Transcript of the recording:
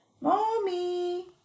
Mommy